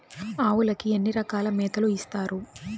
ఆవులకి ఎన్ని రకాల మేతలు ఇస్తారు?